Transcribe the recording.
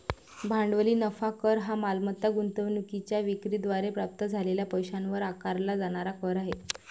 भांडवली नफा कर हा मालमत्ता गुंतवणूकीच्या विक्री द्वारे प्राप्त झालेल्या पैशावर आकारला जाणारा कर आहे